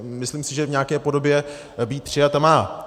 Myslím si, že v nějaké podobě být přijata má.